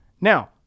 Now